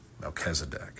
Melchizedek